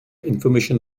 information